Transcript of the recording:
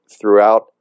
throughout